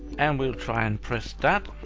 and we'll try and press that,